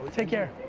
take care.